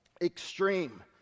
extreme